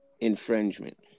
infringement